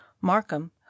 markham